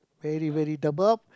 very very double up